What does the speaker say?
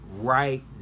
right